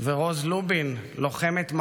רוז רובין, לוחמת מג"ב,